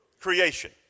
creation